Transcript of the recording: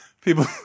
people